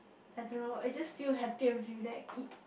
I don't know I just feel happy and feel that eat